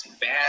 bad